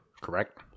Correct